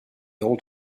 old